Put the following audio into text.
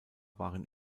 waren